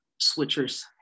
switchers